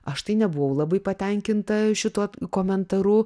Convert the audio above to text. aš tai nebuvau labai patenkinta šituo komentaru